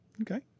Okay